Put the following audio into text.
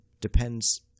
depends